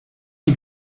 sie